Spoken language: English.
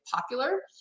popular